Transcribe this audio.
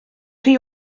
rhy